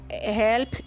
help